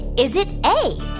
is it a,